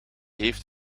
heeft